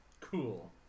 Cool